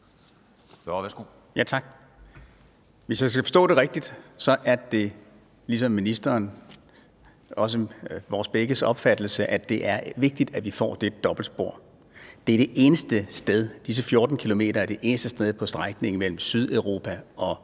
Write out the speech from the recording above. Hvis jeg skal forstå det rigtigt, er det – ligesom ministerens – vores begges opfattelse, at det er vigtigt, at vi får det dobbeltspor. Disse 14 km er det eneste sted på strækningen mellem Sydeuropa og Nordnorge,